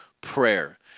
prayer